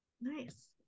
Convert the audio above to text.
Nice